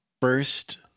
First